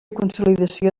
consolidació